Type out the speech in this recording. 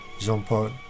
Jean-Paul